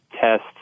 test